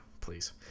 please